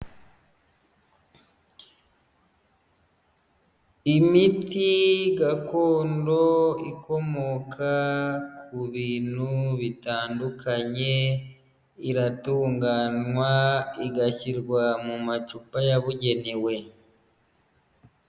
Imiti gakondo ikomoka ku bintu bitandukanye iratunganywa igashyirwa mu macupa yabugenewe.